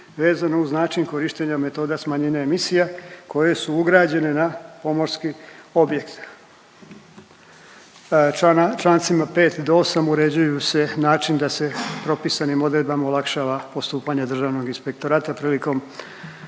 vezano uz način korištenja metoda smanjenja emisija koje su ugrađene na pomorski objekt. Čl. 5 do 8 uređuju se način da se propisanim odredbama olakšava postupanje Državnog inspektorata prilikom